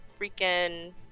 freaking